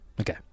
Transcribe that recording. Okay